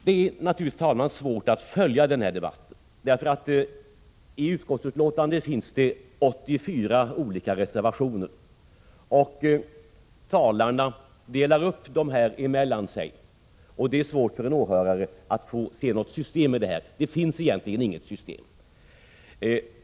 Det är naturligtvis svårt att följa den här debatten, eftersom det i utskottsbetänkandet finns 84 olika reservationer och talarna delar upp dem mellan sig. Det blir svårt för en åhörare att se något system i detta, och det finns egentligen inget system.